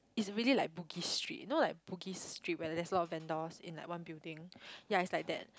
it's really like Bugis-Street you know like Bugis-Street where there's a lot of vendors in like one building ya it's like that